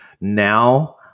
now